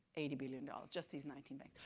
eighty billion dollars. just these nineteen banks.